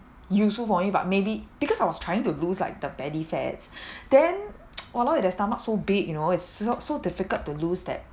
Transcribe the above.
useful for me but maybe because I was trying to lose like the belly fats then !walao! if that stomach so big you know it's so so difficult to lose that